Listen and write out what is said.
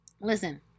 Listen